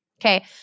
Okay